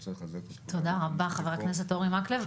תודה רבה חבר הכנסת אורי מקלב.